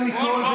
יותר מכול,